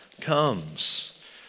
comes